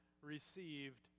received